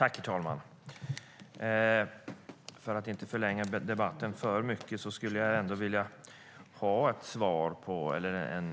Herr talman! Jag vill inte förlänga debatten för mycket men skulle ändå vilja ha ett svar eller